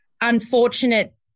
unfortunate